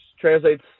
translates